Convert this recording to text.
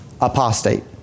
apostate